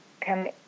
come